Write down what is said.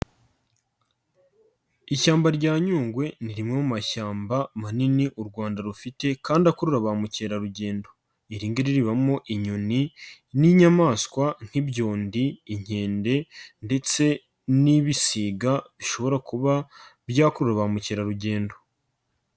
Ishyamba rya Nyungwe ni rimwe mu mashyamba manini u Rwanda rufite kandi akurura ba mukerarugendo. Iri ngibi ribamo inyoni n'inyamaswa nk'ibyondi, inkende ndetse n'ibisiga bishobora kuba byakurura ba mukerarugendo.